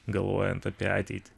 galvojant apie ateitį